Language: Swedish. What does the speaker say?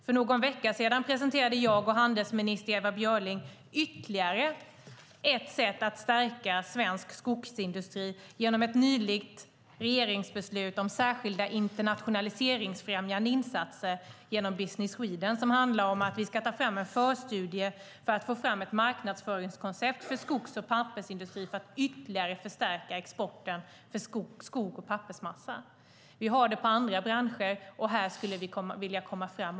För någon vecka sedan presenterade jag och handelsminister Ewa Björling ännu ett sätt att stärka svensk skogsindustri genom ett nytaget regeringsbeslut om särskilda internationaliseringsfrämjande insatser via Business Sweden. Vi ska ta fram en förstudie för att få fram ett marknadsföringskoncept för skogs och pappersindustri för att ytterligare förstärka exporten för skog och pappersmassa. Vi har det för andra branscher, och här vill vi också komma fram.